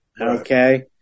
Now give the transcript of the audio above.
okay